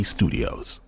Studios